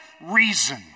reason